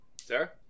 Sarah